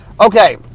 Okay